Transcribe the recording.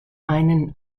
einen